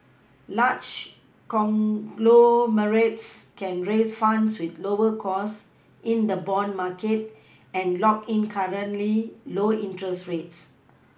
large conglomerates can raise funds with lower costs in the bond market and lock in currently low interest rates